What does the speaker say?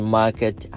market